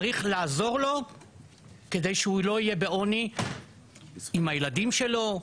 צריך לעזור לו כדי שהוא לא יהיה בעוני עם הילדים שלו,